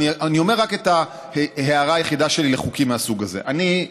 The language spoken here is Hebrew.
אני אומר רק את ההערה היחידה שלי לחוקים מהסוג הזה: אני,